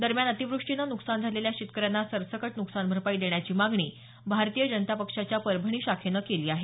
दरम्यान अतिवृष्टीनं नुकसान झालेल्या शेतकऱ्यांना सरसकट नुकसान भरपाई देण्याची मागणी भारतीय जनता पक्षाच्या परभणी शाखेनं केली आहे